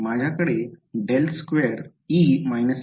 माझ्याकडे होते